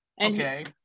Okay